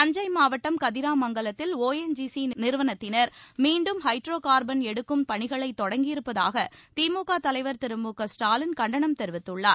தஞ்சை மாவட்டம் கதிராமங்கலத்தில் ஒஎன்ஜிசி நிறுவனத்தினர் மீண்டும் ஹைட்ரோ கார்பன் எடுக்கும் பணிகளை தொடங்கியிருப்பதற்கு திமுக தலைவர் திரு மு க ஸ்டாலின் கண்டனம் தெரிவித்துள்ளார்